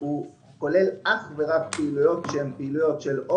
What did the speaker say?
הוא כולל אך ורק פעילויות של צבאות